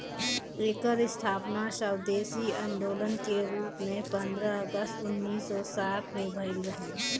एकर स्थापना स्वदेशी आन्दोलन के रूप में पन्द्रह अगस्त उन्नीस सौ सात में भइल रहे